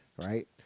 right